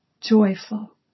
joyful